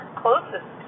closest